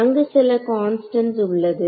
அங்கு சில கான்ஸ்டன்ட்ஸ் உள்ளது